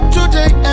Today